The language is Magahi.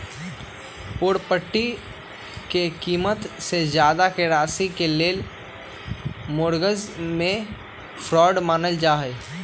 पोरपटी के कीमत से जादा के राशि के लोन मोर्गज में फरौड मानल जाई छई